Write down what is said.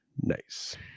Nice